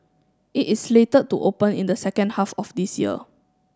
it is slated to open in the second half of this year